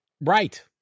Right